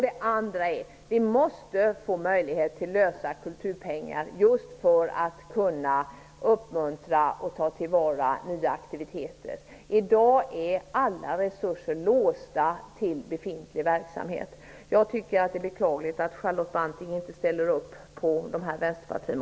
Det andra är att vi måste få möjlighet till lösa kulturpengar just för att kunna uppmuntra och ta till vara nya aktiviteter. I dag är alla resurser låsta till befintlig verksamhet. Jag tycker att det är beklagligt att Charlotte Branting inte ställer sig bakom